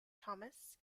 thomas